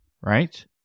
right